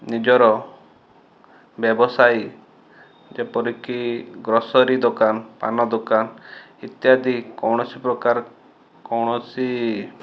ନିଜର ବ୍ୟବସାୟୀ ଯେପରିକି ଗ୍ରସରୀ ଦୋକାନ ପାନ ଦୋକାନ ଇତ୍ୟାଦି କୌଣସି ପ୍ରକାର କୌଣସି